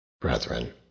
Brethren